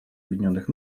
объединенных